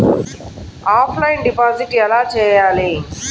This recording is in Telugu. ఆఫ్లైన్ డిపాజిట్ ఎలా చేయాలి?